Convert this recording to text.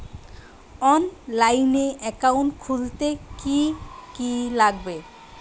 অনলাইনে একাউন্ট খুলতে কি কি লাগবে?